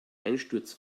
einsturz